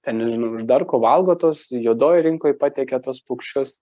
ten nežinau išdarko valgo tuos juodojoj rinkoj patiekia tuos paukščius